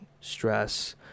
stress